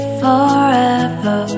forever